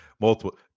multiple